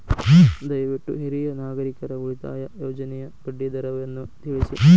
ದಯವಿಟ್ಟು ಹಿರಿಯ ನಾಗರಿಕರ ಉಳಿತಾಯ ಯೋಜನೆಯ ಬಡ್ಡಿ ದರವನ್ನು ತಿಳಿಸಿ